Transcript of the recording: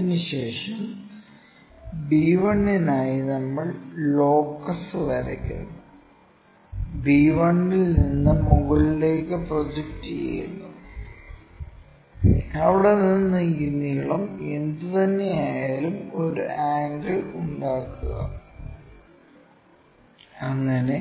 അതിനുശേഷം b 1 നായി നമ്മൾ ലോക്കസ് വരയ്ക്കുന്നു b 1 ൽ നിന്ന് മുകളിലേക്ക് പ്രൊജക്റ്റ് ചെയ്യുന്നു അവിടെ നിന്ന് ഈ നീളം എന്തുതന്നെയായാലും ഒരു ആംഗിൾ ഉണ്ടാക്കുക അങ്ങനെ